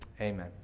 amen